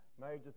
major